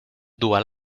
dual